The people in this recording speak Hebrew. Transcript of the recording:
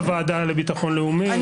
השבוע בוועדה לביטחון לאומי,